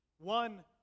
one